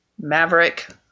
maverick